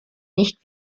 nicht